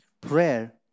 Prayer